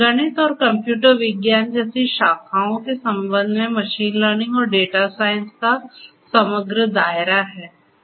गणित और कंप्यूटर विज्ञान जैसी शाखाओं के संबंध में मशीन लर्निंग और डेटा साइंस का समग्र दायरा है